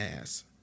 ass